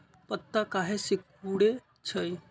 पत्ता काहे सिकुड़े छई?